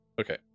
Okay